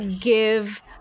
give